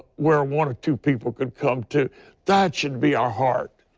were one or two people could come to that should be our heart.